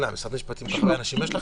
משרד המשפטים כל כך הרבה אנשים יש לכם?